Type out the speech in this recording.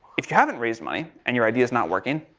if you haven't raised money, and your idea's not working,